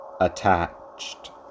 attached